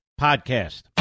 Podcast